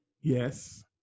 Yes